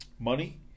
money